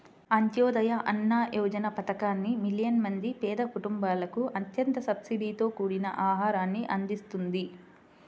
అంత్యోదయ అన్న యోజన పథకాన్ని మిలియన్ల మంది పేద కుటుంబాలకు అత్యంత సబ్సిడీతో కూడిన ఆహారాన్ని అందిస్తుంది